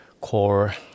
core